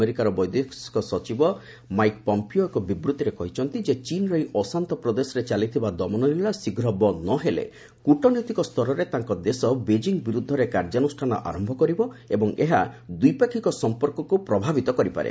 ଆମେରିକାର ବୈଦେଶିକ ସଚିବ ମାଇକ ପମ୍ପିଓ ଏକ ବିବୃତ୍ତିରେ କହିଛନ୍ତି ଯେ ଚୀନ୍ର ଏହି ଅଶାନ୍ତ ପ୍ରଦେଶରେ ଚାଲିଥିବା ଦମନଲୀଳା ଶୀଘ୍ର ବନ୍ଦ ନ ହେଲେ କୂଟନୈତିକ ସ୍ତରରେ ତାଙ୍କ ଦେଶ ବେଜିଂ ବିରୁଦ୍ଧରେ କାର୍ଯ୍ୟାନୁଷ୍ଠାନ ଆରମ୍ଭ କରିବ ଏବଂ ଏହା ଦ୍ୱିପାକ୍ଷିକ ସଂପର୍କକୁ ପ୍ରଭାବିତ କରିପାରେ